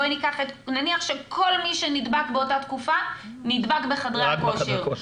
נניח שכל מי שנדבק באותה תקופה נדבק בחדרי הכושר,